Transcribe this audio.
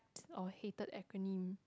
or hated acronym